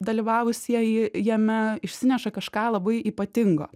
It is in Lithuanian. dalyvavusieji jame išsineša kažką labai ypatingo